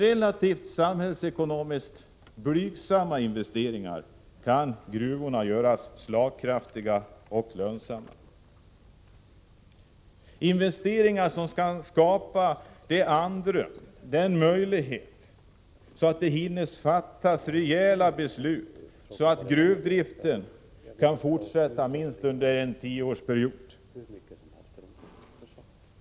Med samhällsekonomiskt relativt blygsamma investeringar kan gruvorna göras slagkraftiga och lönsamma. Genom sådana investeringar kan skapas ett andrum, så att man hinner fatta rejäla beslut som innebär att gruvdriften kan fortsätta under minst en tioårsperiod.